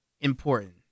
Important